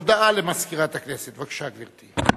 הודעה למזכירת הכנסת, בבקשה, גברתי.